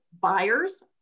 buyers